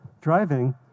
driving